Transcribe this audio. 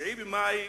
ה-9 במאי